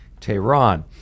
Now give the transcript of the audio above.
Tehran